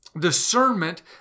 discernment